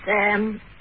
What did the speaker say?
Sam